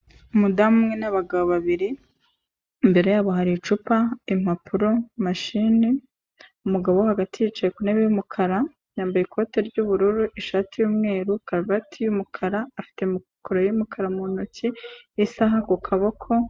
Umudamu umwe n'abagabo babiri; imbere yabo hari icupa, impapuro, mashine, umugabo wo hagati yicaye ku ntebe y'umukara, yambaye ikote ry'ubururu, ishati y'umweru, karuvati y'umukara, afite mikoro y'umukara mu ntoki, isaha ku kaboko.